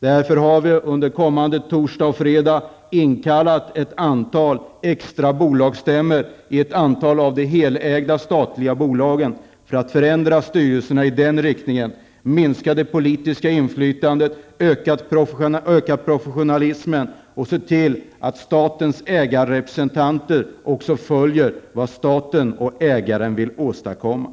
Regeringen har därför till kommande torsdag och fredag inkallat ett antal extra bolagsstämmor i ett antal av de helägda statliga bolagen för att förändra styrelserna i denna riktning, minska det politiska inflytandet, öka professionalismen och se till att statens ägarrepresentanter ser till vad staten och ägaren vill åstadkomma.